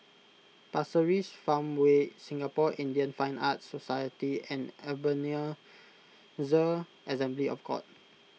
Pasir Ris Farmway Singapore Indian Fine Arts Society and Ebenezer Assembly of God